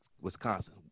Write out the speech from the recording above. Wisconsin